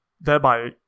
Thereby